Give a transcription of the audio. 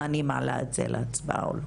אם אני מעלה את זה להצבעה או לא.